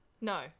No